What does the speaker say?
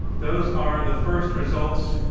those are the first results.